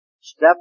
Step